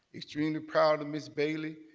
extremely proud of ms. bailey,